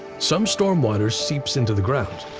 some stormwater seeps into the ground.